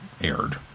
aired